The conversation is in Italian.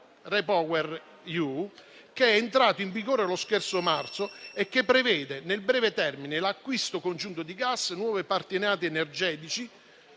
REPowerEU che è entrato in vigore lo scorso marzo e che prevede nel breve termine l'acquisto congiunto di gas, nuovi partenariati energetici